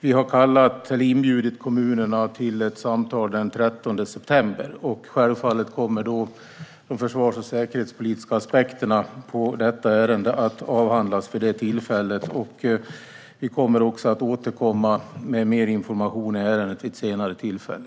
Vi har inbjudit kommunerna till ett samtal den 13 december, och självfallet kommer de försvars och säkerhetspolitiska aspekterna på detta ärende att avhandlas vid det tillfället. Vi kommer att återkomma med mer information i ärendet vid ett senare tillfälle.